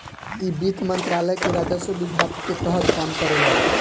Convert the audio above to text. इ वित्त मंत्रालय के राजस्व विभाग के तहत काम करेला